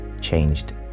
changed